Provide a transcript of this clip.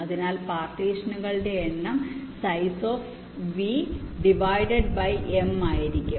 അതിനാൽ പാർട്ടീഷനുകളുടെ എണ്ണം size of V divide by m ആയിരിക്കും